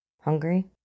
Hungry